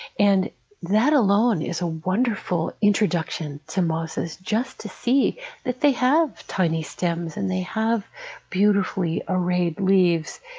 and that alone is a wonderful introduction to mosses, just to see that they have tiny stems, and they have beautifully arrayed leaves.